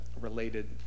related